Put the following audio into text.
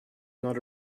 not